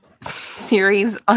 series